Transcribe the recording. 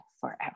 forever